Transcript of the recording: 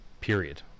period